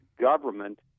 government